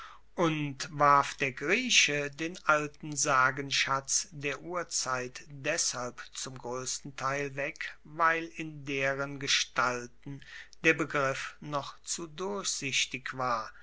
und warf der grieche den alten sagenschatz der urzeit deshalb zum groessten teil weg weil in deren gestalten der begriff noch zu durchsichtig war